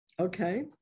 Okay